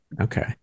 Okay